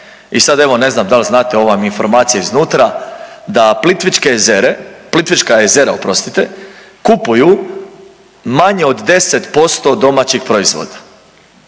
I sad evo ne znam da li znate, ova mi je informacija iznutra da Plitvičke jezere, Plitvička jezera oprostite kupuju manje od 10% domaćih proizvoda.